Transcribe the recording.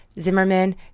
Zimmerman